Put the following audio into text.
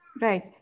Right